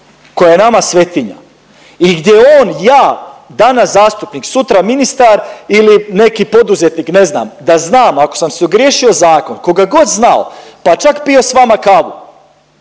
koja je nama svetinja i gdje on, ja, danas zastupnik, sutra ministar ili neki poduzetnik ne znam da znam ako sam se ogriješio o zakon ko ga god znao, pa čak pio s vama kavu,